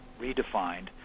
redefined